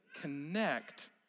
connect